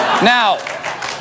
Now